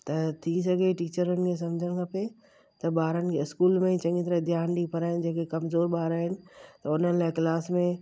त थी सघे टीचरुनि खे सम्झणु खपे त ॿारनि खे स्कूल में ई चङी तरह ध्यानु ॾेई पढ़ाए ऐं जेके कमज़ोर ॿार आहिनि उन लाइ क्लास में